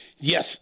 Yes